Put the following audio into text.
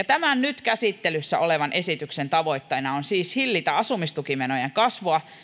tämän nyt käsittelyssä olevan esityksen tavoitteena on siis hillitä asumistukimenojen kasvua